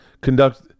Conduct